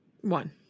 One